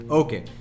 okay